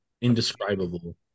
indescribable